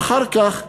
ואחר כך החיפזון.